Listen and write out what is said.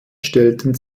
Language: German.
stellten